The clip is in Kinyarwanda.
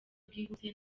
bwihuse